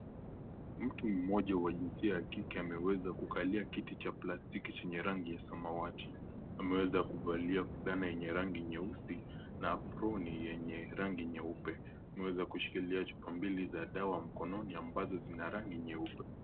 Mtu mmoja wa jinsia ya kike, ameweza kukalia kiti cha plastiki chenye rangi ya samawati. Ameweza kuvalia vulana yenye rangi ya nyeusi na apron yenye rangi nyeupe. Ameweza kushikilia chupa mbili za dawa mkononi ambazo zina rangi nyeupe.